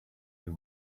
you